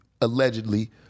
allegedly